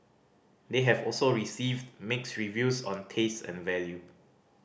they have also received mixed reviews on taste and value